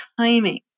timing